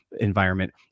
environment